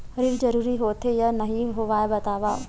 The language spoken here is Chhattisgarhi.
ऋण जरूरी होथे या नहीं होवाए बतावव?